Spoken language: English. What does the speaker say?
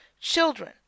children